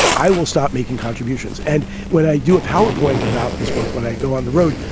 i will stop making contributions and when i do powerpoint about this book, when i go on the road,